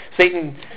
Satan